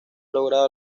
logrado